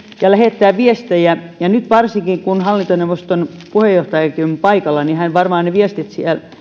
ja lähettää viestejä ja nyt varsinkin kun hallintoneuvoston puheenjohtajakin on paikalla niin hän varmaan viestit